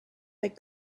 that